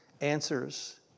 answers